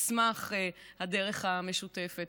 שתצמח הדרך המשותפת.